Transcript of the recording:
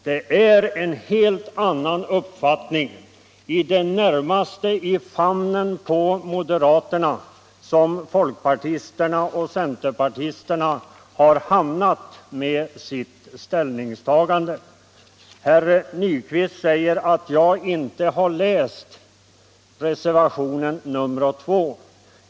Folkpartisten och centerpartisterna har med sin reservation hamnat i en helt annan uppfattning - i det närmaste i famnen på moderaterna. Herr Nyquist säger att jag inte har läst reservationen 2.